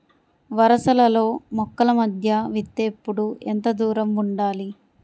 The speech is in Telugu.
వరసలలో మొక్కల మధ్య విత్తేప్పుడు ఎంతదూరం ఉండాలి?